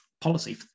policy